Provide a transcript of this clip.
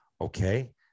Okay